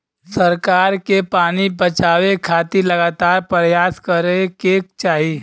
सरकार के भी पानी बचावे खातिर लगातार परयास करे के चाही